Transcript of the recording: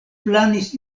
planis